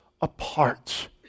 apart